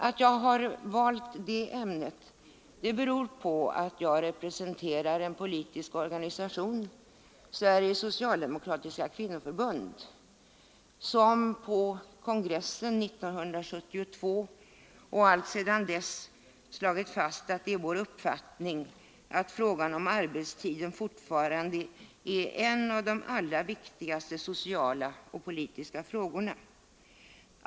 Att jag valt detta ämne beror på att jag representerar Sveriges socialdemokratiska kvinnoförbund, som på kongressen 1972 och alltsedan dess slagit fast att frågan om arbetstiden fortfarande är en av de allra viktigaste sociala och politiska frågorna.